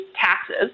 taxes